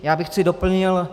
Já bych to doplnil.